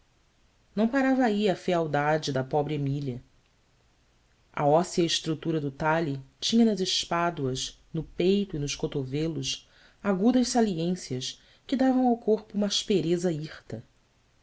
não parava aí a fealdade da pobre emília a óssea estrutura do talhe tinha nas espáduas no peito e nos cotovelos agudas saliências que davam ao corpo uma aspereza hirta era